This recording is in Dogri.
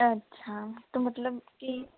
अच्छा ते मतलब कि